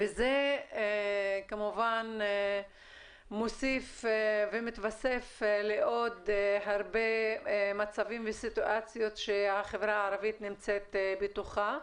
זה כמובן מתווסף לעוד הרבה מצבים וסיטואציות שהחברה הערבית נמצאת בתוכם.